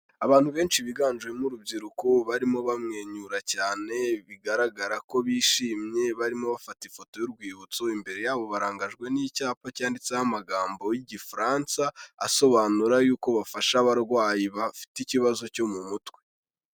Abantu benshi biganjemo urubyiruko barimo bamwenyura cyane, bigaragara ko bishimye barimo bafata ifoto y'urwibutso, imbere yabo barangajwe n'icyapa cyanditseho amagambo y'igifaransa, asobanura y'uko bafasha abarwayi bafite ikibazo cyo mu mutwe.